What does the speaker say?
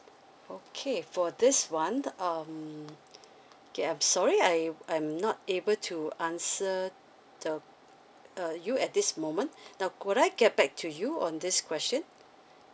okay for this one um okay I'm sorry I I'm not able to answer the uh you at this moment now would I get back to you on this question